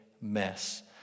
mess